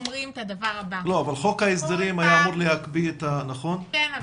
היה אמור להקפיא את --- כן,